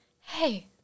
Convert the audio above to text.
hey